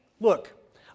look